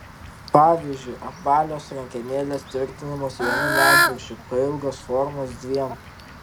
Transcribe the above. pavyzdžiui apvalios rankenėlės tvirtinamos vienu medvaržčiu pailgos formos dviem